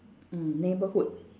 mm neighbourhood